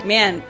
Man